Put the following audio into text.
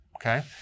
Okay